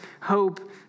hope